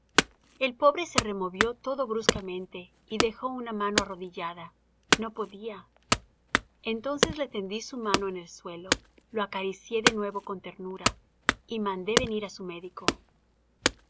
el pobre se removió todo bruscamente y dejó una mano arrodillada no podía entonces le tendí su mano en el suelo lo acaricié de nuevo con ternura y mandé venir á su médico